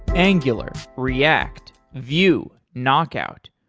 angular, react, view, knockout,